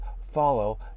follow